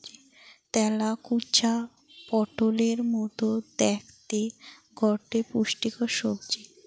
তেলাকুচা পটোলের মতো দ্যাখতে গটে পুষ্টিকর সবজি